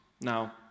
Now